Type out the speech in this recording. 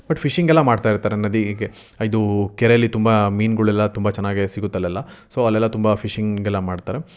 but ಫಿಶಿಂಗೆಲ್ಲ ಮಾಡ್ತಾ ಇರ್ತಾರೆ ನದಿಗೆ ಇದು ಕೆರೆಯಲ್ಲಿ ತುಂಬ ಮೀನುಗಳೆಲ್ಲ ತುಂಬ ಚೆನ್ನಾಗೆ ಸಿಗುತ್ತೆ ಅಲ್ಲೆಲ್ಲ ಸೊ ಅಲ್ಲೆಲ್ಲ ತುಂಬ ಫಿಶಿಂಗ್ ಎಲ್ಲ ಮಾಡ್ತಾರೆ